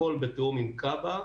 הכול בתיאום עם כב"א,